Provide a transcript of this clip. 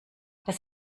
das